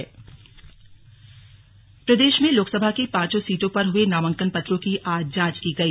slug नामांकन जांच प्रदेश में लोकसभा की पांचों सीटों पर हुए नामांकन पत्रों की आज जांच की गई